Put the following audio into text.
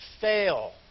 fail